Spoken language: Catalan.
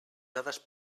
dades